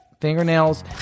fingernails